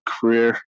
career